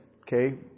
Okay